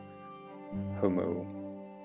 homo